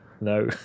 No